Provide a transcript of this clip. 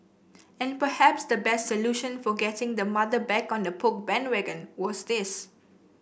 and perhaps the best solution for getting the mother back on the Poke bandwagon was this